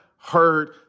heard